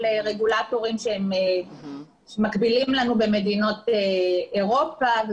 רגולטורים שהם מקבילים לנו במדינות אירופה,